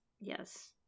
yes